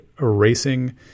erasing